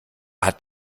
hat